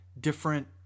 different